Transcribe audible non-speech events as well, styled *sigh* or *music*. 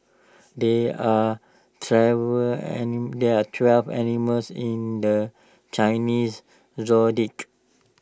there are travel *unintelligible* there are twelve animals in the Chinese Zodiac